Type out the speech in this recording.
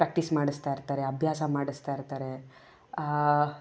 practice ಮಾಡಿಸ್ತಾ ಇರ್ತಾರೆ ಅಭ್ಯಾಸ ಮಾಡಿಸ್ತಾ ಇರ್ತಾರೆ